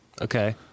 Okay